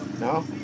no